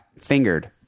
fingered